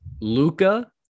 Luca